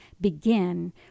begin